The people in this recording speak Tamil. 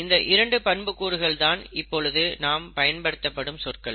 இந்த இரண்டு பண்புக்கூறுகள் தான் இப்பொழுது நாம் பயன்படுத்தும் சொற்கள்